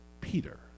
Peter